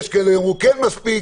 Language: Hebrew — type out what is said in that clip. יש כאלה יאמרו כן מספיק.